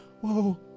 whoa